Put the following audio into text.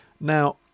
Now